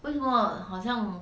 为什么好像